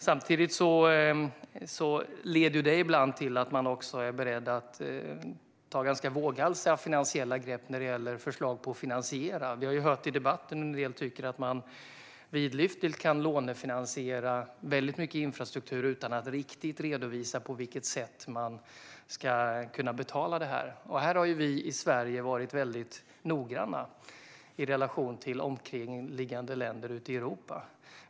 Samtidigt leder detta ibland till att man är beredd att ta till ganska våghalsiga grepp när det gäller förslag till finansiering. Vi har hört i debatten att en del tycker att man vidlyftigt kan lånefinansiera mycket infrastruktur utan att riktigt redovisa på vilket sätt den ska kunna betalas. Här har vi i Sverige varit noggranna i jämförelse med omkringliggande länder i Europa.